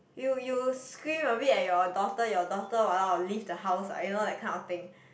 you you scream a bit at your daughter your daughter !walao! leave the house ah you know that kind of thing